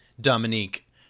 Dominique